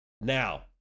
Now